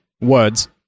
words